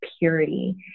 purity